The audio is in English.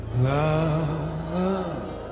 love